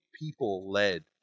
people-led